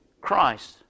Christ